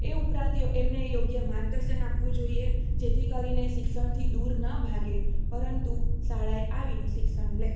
એ ઉપરાંત એમને યોગ્ય માર્ગદર્શન આપવું જોઈએ જેથી કરીને એ શિક્ષણથી દૂર ન ભાગે પરંતુ શાળાએ આવીને શિક્ષણ લે